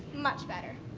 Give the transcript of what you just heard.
much better.